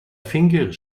finger